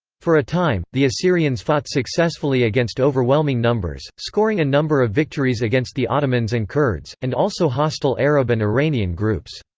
for a time, the assyrians fought successfully against overwhelming numbers, scoring a number of victories against the ottomans and kurds, and also hostile arab and iranian groups.